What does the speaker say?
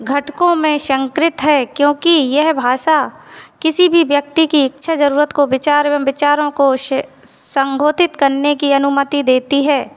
घटकों में संस्कृत है क्योंकि यह भाषा किसी भी व्यक्ति की इच्छा जरूरत को विचार एवं विचारों को श संबोधित करने की अनुमति देती है